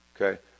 Okay